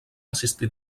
assistir